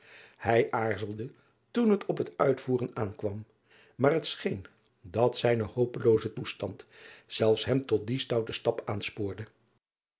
ij aarzelde toen het op het uitvoeren aankwam maar het scheen dat zijne hopelooze toestand zelfs hem tot dien stouten stap aanspoorde